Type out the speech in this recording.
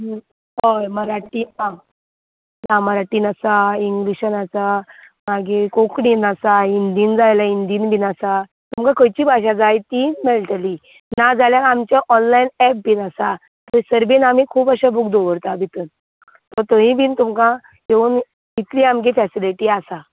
हय मराठी आं आं मराठीन आसा इंग्लिशीन आसा मागीर कोंकणीन आसा हिंदीन जाय जाल्यार हिंदीन बी आसा तुमका खंयची भाशा जाय ती मेळटली नाजाल्यार आमचो ऑनलायन एप बीन आसा थंयसर बीन आमी खूब अशें बूक दवरता भितर सो थंयीय बीन तुमकां योवन इतली आमगे फॅसिलिटी आसा